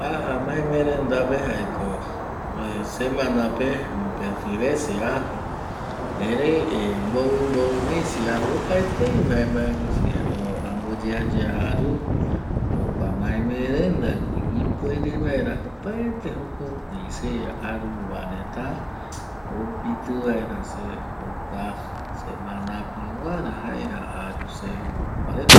Aja maemrenta pe semana pe mopeti vece aja eri oime amoyeayea aru jokua maemerenda ipuere vaera opaete jokope se puere vaera aru vae reta oipiti vaera se jokua semana peguara.